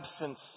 absence